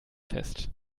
fest